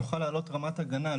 נוכל להעלות רמת הגנה,